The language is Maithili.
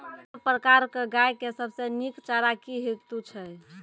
सब प्रकारक गाय के सबसे नीक चारा की हेतु छै?